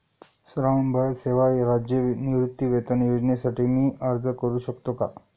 श्रावणबाळ सेवा राज्य निवृत्तीवेतन योजनेसाठी मी अर्ज करू शकतो का?